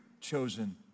chosen